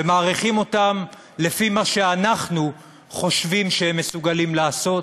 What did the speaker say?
ומעריכים אותם לפי מה שאנחנו חושבים שהם מסוגלים לעשות,